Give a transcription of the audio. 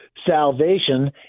salvation